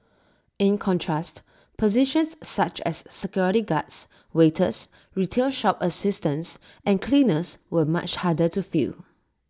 in contrast positions such as security guards waiters retail shop assistants and cleaners were much harder to fill